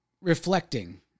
reflecting